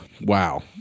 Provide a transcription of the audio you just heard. wow